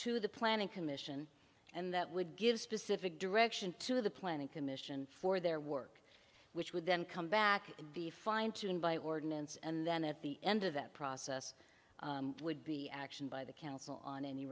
to the planning commission and that would give specific direction to the planning commission for their work which would then come back the fine tuning by ordinance and then at the end of that process would be action by the council on any